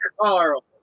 Carl